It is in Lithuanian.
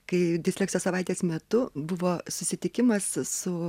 kai disleksijos savaitės metu buvo susitikimas su